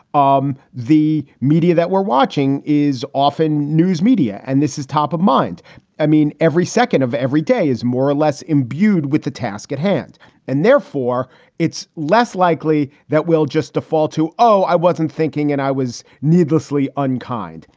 um the media that we're watching is often news media. and this is top of. mind i mean, every second of every day is more or less imbued with the task at hand and therefore it's less likely that we'll just default to. oh, i wasn't thinking and i was needlessly unkind.